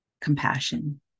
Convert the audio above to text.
compassion